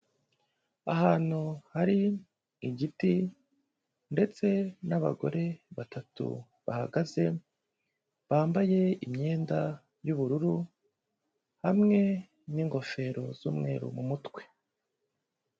Ahantu hari igiti ndetse n'abagore batatu bahagaze bambaye imyenda y'ubururu hamwe n'ingofero z'umweru mu mutwe.